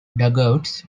dugout